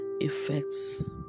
effects